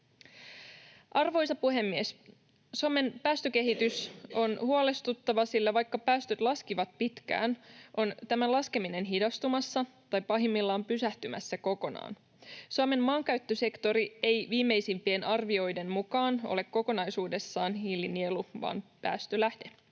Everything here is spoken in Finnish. Arvoisa puhemies! Suomen päästökehitys on huolestuttava, sillä vaikka päästöt laskivat pitkään, on tämä laskeminen hidastumassa tai pahimmillaan pysähtymässä kokonaan. Suomen maankäyttösektori ei viimeisimpien arvioiden mukaan ole kokonaisuudessaan hiilinielu vaan päästölähde.